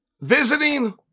visiting